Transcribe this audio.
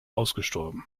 ausgestorben